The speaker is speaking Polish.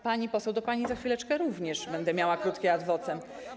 Pani poseł, do pani za chwileczkę również będę miała krótkie ad vocem.